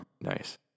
Nice